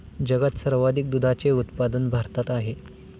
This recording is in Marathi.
जगात सर्वाधिक दुधाचे उत्पादन भारतात आहे